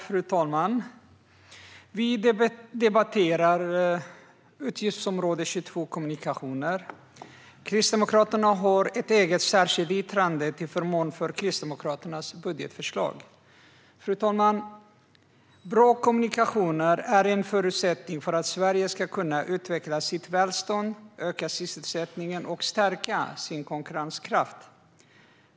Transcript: Fru talman! Vi debatterar utgiftsområde 22 Kommunikationer. Kristdemokraterna har ett eget särskilt yttrande till förmån för Kristdemokraternas budgetförslag. Fru talman! Bra kommunikationer är en förutsättning för att Sverige ska kunna utveckla sitt välstånd, öka sysselsättningen och stärka sin konkurrenskraft.